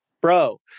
bro